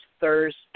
Thursday